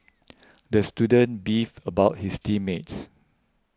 the student beefed about his team mates